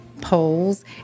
polls